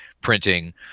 printing